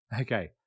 Okay